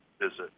visit